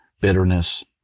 bitterness